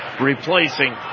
replacing